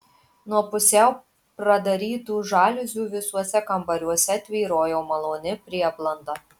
nuo pusiau pradarytų žaliuzių visuose kambariuose tvyrojo maloni prieblanda